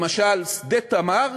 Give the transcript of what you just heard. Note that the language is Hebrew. למשל: שדה "תמר"